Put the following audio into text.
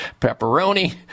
pepperoni